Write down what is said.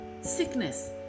sickness